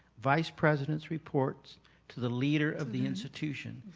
vice president's reports to the leader of the institution.